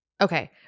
Okay